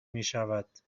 میشود